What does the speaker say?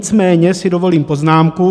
Nicméně si dovolím poznámku.